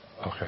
Okay